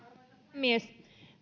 puhemies